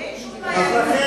אין שום בעיה.